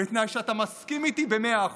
בתנאי שאתה מסכים איתי במאה אחוז.